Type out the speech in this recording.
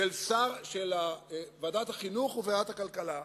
של ועדת החינוך וועדת הכלכלה,